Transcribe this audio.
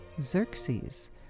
Xerxes